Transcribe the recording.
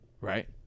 Right